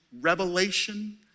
revelation